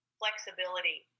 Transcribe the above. flexibility